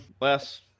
last